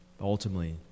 Ultimately